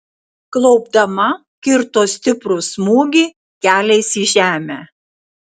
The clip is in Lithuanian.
klaupdama kirto stiprų smūgį keliais į žemę